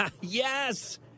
Yes